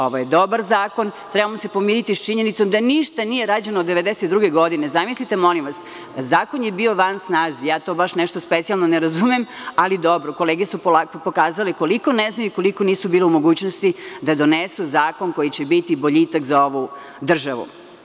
Ovo je dobar zakon, trebamo se pomiriti sa činjenicom da ništa nije rađeno 1992. godine, zamislite molim vas, zakon je bio van snage, ja to baš nešto specijalno ne razumem, ali dobro, kolege su polako pokazale koliko ne znaju, koliko nisu bili u mogućnosti da donesu zakon koji će biti boljitak za ovu državu.